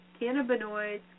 Cannabinoids